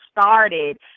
started